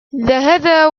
heather